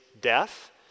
death